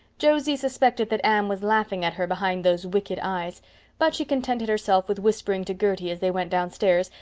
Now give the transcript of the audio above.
josie suspected that anne was laughing at her behind those wicked eyes but she contented herself with whispering to gertie, as they went downstairs,